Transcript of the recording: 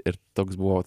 ir toks buvo